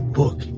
book